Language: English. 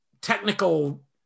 technical